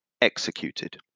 executed